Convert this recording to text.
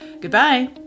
Goodbye